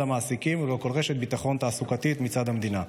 המעסיקים וללא כל רשת ביטחון תעסוקתית מצד המדינה.